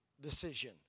decision